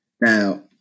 Now